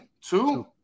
two